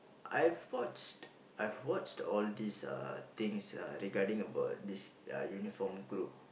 I've watched I've watched all these uh things uh regarding about this uh uniform group